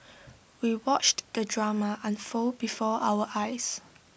we watched the drama unfold before our eyes